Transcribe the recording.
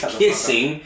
kissing